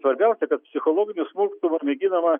svarbiausia kad psichologiniu smurtu mėginama